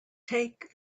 take